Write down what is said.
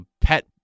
pet